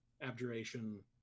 abjuration